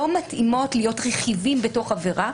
שלא מתאימות להיות רכיבים בתוך עבירה,